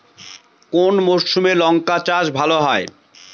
কোন মরশুমে লঙ্কা চাষ ভালো হয়?